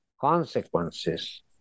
consequences